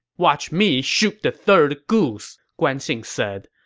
watch me shoot the third goose, guan xing said.